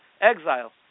exile